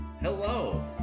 Hello